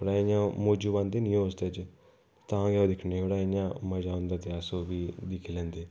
थोह्ड़ा इ'यां मोजू पांदा ना ओह् उस बिच्च तां गै ओह् दिक्खने आं ओह्दे च मजा औंदा ते अस ओह् दिक्खी लेैंदे